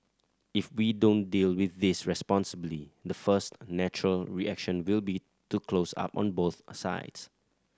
if we don't deal with this responsibly the first natural reaction will be to close up on both sides